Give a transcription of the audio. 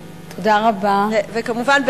וכמובן,